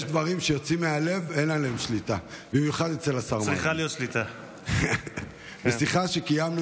שדרות, הנקרא "מסעדת שבת אחים"